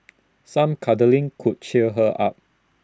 some cuddling could cheer her up